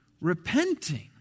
repenting